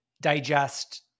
digest